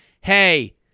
hey